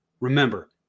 remember